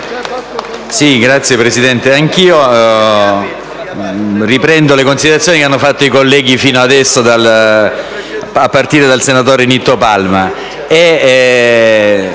Signora Presidente, anch'io riprendo le considerazioni svolte dai colleghi fino adesso, a partire dal senatore Nitto Palma.